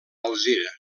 alzira